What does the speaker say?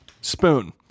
Spoon